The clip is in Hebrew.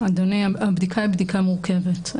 אדוני, הבדיקה היא בדיקה מורכבת.